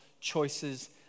choices